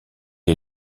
est